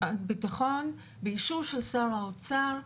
באישור של שר האוצר,